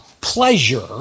pleasure